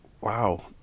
wow